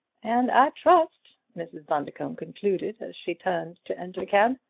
and i trust, mrs. bundercombe concluded, as she turned to enter the cab,